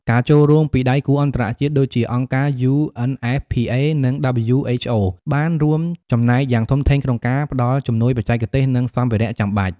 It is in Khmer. ការចូលរួមពីដៃគូអន្តរជាតិដូចជា អង្គការ UNFPA និង WHO បានរួមចំណែកយ៉ាងធំធេងក្នុងការផ្តល់ជំនួយបច្ចេកទេស និងសម្ភារៈចាំបាច់។